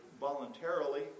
voluntarily